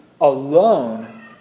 alone